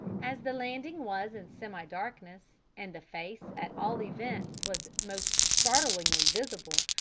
as the landing was in semi-darkness, and the face at all events was most startlingly visible,